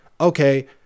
okay